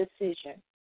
decision